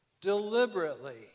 deliberately